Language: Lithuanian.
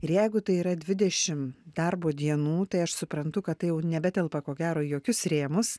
ir jeigu tai yra dvidešim darbo dienų tai aš suprantu kad tai jau nebetelpa ko gero į jokius rėmus